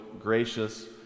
gracious